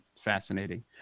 fascinating